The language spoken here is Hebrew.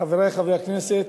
חברי חברי הכנסת,